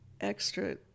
extra